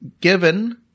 given